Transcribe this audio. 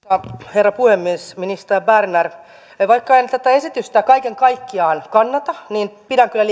herra puhemies minister berner vaikka en tätä esitystä kaiken kaikkiaan kannata niin pidän kyllä